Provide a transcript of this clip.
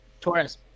Torres